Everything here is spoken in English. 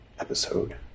episode